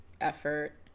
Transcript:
effort